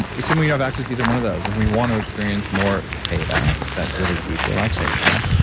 and assuming you have access either one of those and we want to experience more theta, that really deep relaxation,